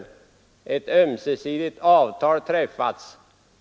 Det står också i utskottsbetänkandet.